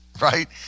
right